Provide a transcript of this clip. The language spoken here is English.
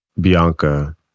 Bianca